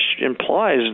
implies